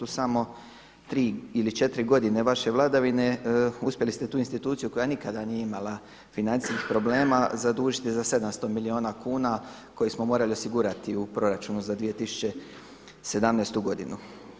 U samo 3 ili 4 godine vaše vladavine uspjeli ste tu institucija koja nikada nije imala financijskih problema zadužiti za 700 milijuna kuna koje smo morali osigurati u proračunu za 2017. godinu.